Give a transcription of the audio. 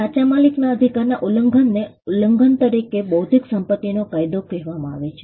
સાચા માલિકના અધિકારના ઉલ્લંઘનને ઉલ્લંઘન તરીકે બૌદ્ધિક સંપત્તિનો કાયદો કહેવામાં આવે છે